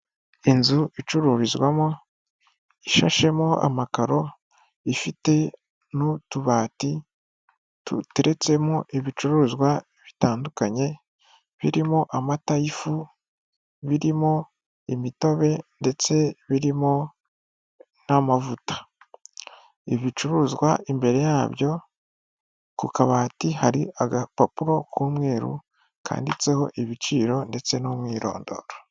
Inzu icururizwamo ishashemo amakaro ifite n'utubati tuteretsemo ibicuruzwa bitandukanye birimo amata y'ifu birimo imitobe ndetse birimo n'amavuta ibicuruzwa imbere yabyo ku kabati hari agapapuro k'umweru kanditseho ibiciro ndetse n'umwirondoro.